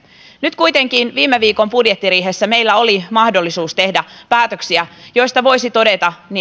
nyt kuitenkin viime viikon budjettiriihessä meillä oli mahdollisuus tehdä päätöksiä joiden voisi todeta